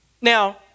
Now